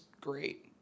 great